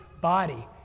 body